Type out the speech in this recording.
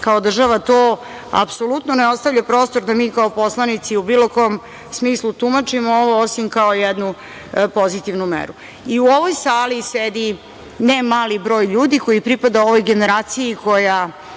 kao država. To apsolutno ne ostavlja prostor da mi kao poslanici u bilo kom smislu tumačimo ovo, osim kao jednu pozitivnu meru.I u ovoj sali sedi ne mali broj ljudi koji pripada ovoj generaciji koja